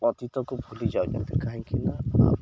ଅତୀତକୁ ଭୁଲିଯାଉଛନ୍ତି କାହିଁକିନା